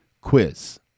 quiz